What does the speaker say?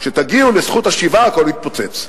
כשתגיעו לזכות השיבה, הכול יתפוצץ.